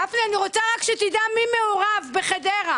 גפני, אני רוצה רק שתדע מי מעורב בחדרה.